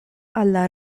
alla